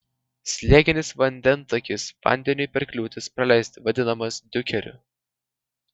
slėginis vandentakis vandeniui per kliūtis praleisti vadinamas diukeriu